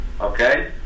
Okay